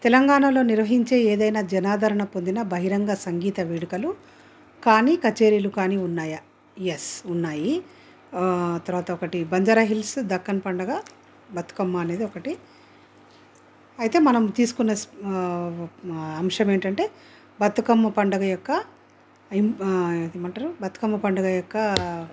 తెలంగాణలో నిర్వహించే ఏదైనా జనాదరణ పొందిన బహిరంగ సంగీత వేడుకలు కానీ కచేరీలు కానీ ఉన్నాయా యెస్ ఉన్నాయి ఆ తరువాత ఒకటి బంజారా హిల్స్ దక్కన్ పండుగ బతుకమ్మ అనేది ఒకటి అయితే మనం తీసుకున్న అంశం ఏంటంటే బతుకమ్మ పండుగ యొక్క ఇం ఏమంటారు బతుకమ్మ పండుగ యొక్క